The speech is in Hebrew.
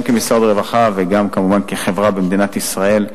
גם כמשרד הרווחה וגם כמובן כחברה במדינת ישראל,